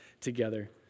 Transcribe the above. together